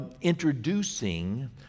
introducing